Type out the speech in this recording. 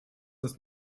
ist